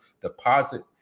deposit